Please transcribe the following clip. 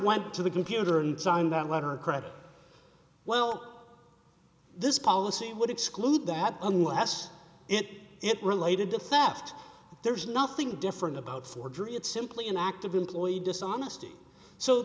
went to the computer and signed that letter of credit well this policy would exclude that unless it it related to theft there's nothing different about forgery it's simply an act of employee dishonesty so